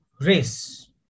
race